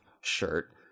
shirt